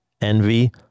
envy